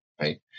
right